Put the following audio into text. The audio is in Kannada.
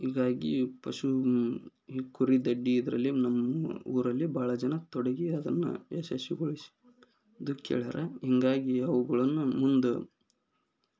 ಹೀಗಾಗಿ ಪಶು ಈ ಕುರಿದೊಡ್ಡಿ ಇದರಲ್ಲಿ ನಮ್ಮ ಊರಲ್ಲಿ ಭಾಳ ಜನ ತೊಡಗಿ ಅದನ್ನು ಯಶಸ್ವಿಗೊಳಿಸಿ ಅಂತ ಕೇಳ್ಯಾರ ಹಿಂಗಾಗಿ ಅವುಗಳನ್ನ ಮುಂದೂ